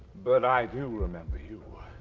but i do remember you.